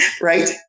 Right